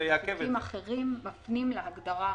הבעיה היא שחוקים אחרים מפנים להגדרה,